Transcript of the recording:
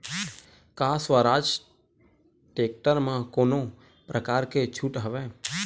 का स्वराज टेक्टर म कोनो प्रकार के छूट हवय?